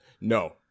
No